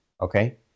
okay